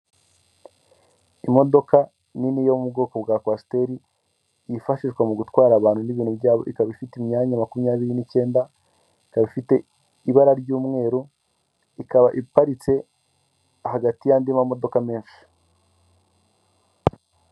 Imodoka nini yo mu bwoko bwa kwasiteri yifashishwa mu gutwara abantu n'ibintu byabo ikaba ifite imyanya makumyabiri n'icyenda ikaba ifite ibara ry'umweru, ikaba iparitse hagati y'andi mamodoka menshi.